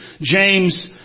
James